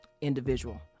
individual